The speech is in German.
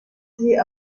sie